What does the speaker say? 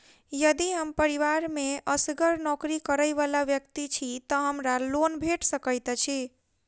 यदि हम परिवार मे असगर नौकरी करै वला व्यक्ति छी तऽ हमरा लोन भेट सकैत अछि?